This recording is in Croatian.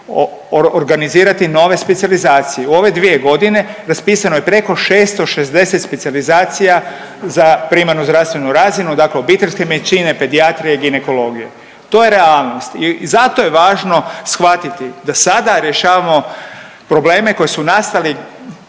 organizirati nove specijalizacije. U ove 2.g. raspisano je preko 660 specijalizacija za primarnu zdravstvenu razinu, dakle obiteljske medicine, pedijatrije i ginekologije. To je realnost i zato je važno shvatiti da sada rješavamo probleme koji su nastali